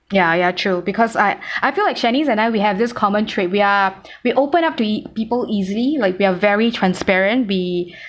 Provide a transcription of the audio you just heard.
ya ya true because I I feel like shanice and I we have this common trait we are we open up to people easily like we are very transparent we